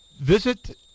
visit